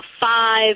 five